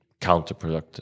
counterproductive